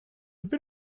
bit